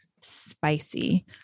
spicy